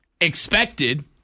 expected